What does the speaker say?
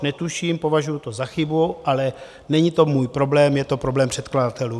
Netuším, považuji to za chybu, ale není to můj problém, je to problém předkladatelů.